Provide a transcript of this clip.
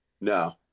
No